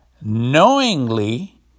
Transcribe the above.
knowingly